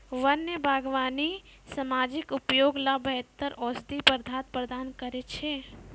वन्य बागबानी सामाजिक उपयोग ल बेहतर औषधीय पदार्थ प्रदान करै छै